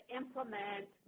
implement